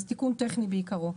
זה תיקון טכני בעיקרו.